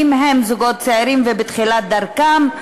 אם הם זוגות צעירים ובתחילת דרכם,